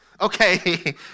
Okay